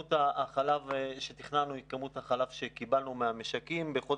כמות החלב שאנחנו תכננו היא כמות החלב שקיבלנו מהמשקים.